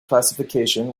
classification